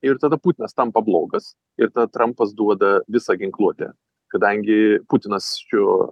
ir tada putinas tampa blogas ir tada trampas duoda visą ginkluotę kadangi putinas šiuo